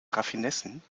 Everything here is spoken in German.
raffinessen